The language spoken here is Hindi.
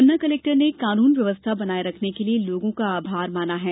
पन्ना कलेक्टर ने कानून व्यवस्था बनाये रखने के लिए लोगों का आभार माना है